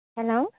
hello